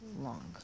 long